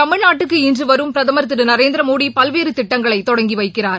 தமிழ்நாட்டுக்கு இன்று வரும் பிரதமா் திரு நரேந்திரமோடி பல்வேறு திட்டங்களை தொடங்கி வைக்கிறார்